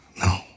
No